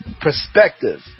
perspective